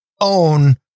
own